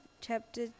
chapter